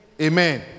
Amen